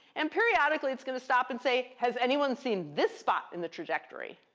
and periodically, it's going to stop and say, has anyone seen this spot in the trajectory?